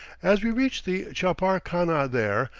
as we reach the chapar-khana there,